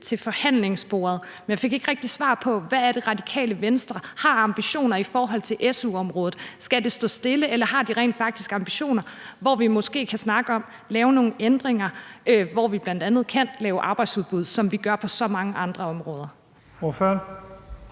til forhandlingsbordet, men jeg fik ikke rigtig svar på, hvad det er, Radikale Venstre har af ambitioner i forhold til su-området. Skal det stå stille, eller har de rent faktisk ambitioner, og kan vi måske snakke om at lave nogle ændringer og bl.a. lave arbejdsudbud, som vi gør på så mange andre områder?